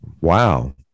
Wow